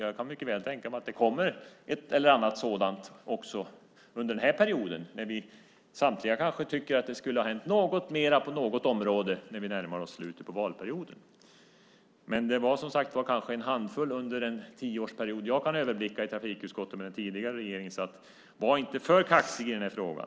Jag kan mycket väl tänka mig att det kommer ett eller annat sådant också under den här perioden när vi samtliga kanske tycker att det skulle ha hänt något mer på något område när vi närmar oss slutet på valperioden. Men det var, som sagt var, kanske en handfull under en tioårsperiod som jag kan överblicka i trafikutskottet när den tidigare regeringen satt. Var inte för kaxig i den här frågan!